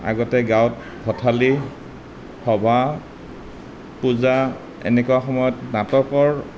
আগতে গাঁৱত ভঠেলি সবাহ পূজা এনেকুৱা সময়ত নাটকৰ